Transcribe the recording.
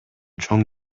чоң